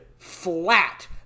flat